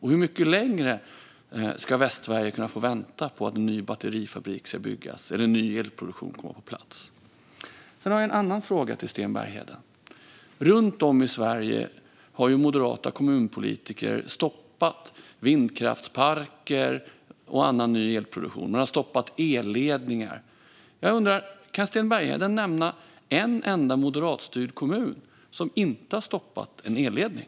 Och hur mycket längre ska Västsverige få vänta på att en ny batterifabrik ska byggas eller på att ny elproduktion ska komma på plats? Jag har också en annan fråga till Sten Bergheden. Runt om i Sverige har moderata kommunpolitiker stoppat vindkraftsparker och annan ny elproduktion. Man har stoppat elledningar. Kan Sten Bergheden nämna en enda moderatstyrd kommun som inte har stoppat en elledning?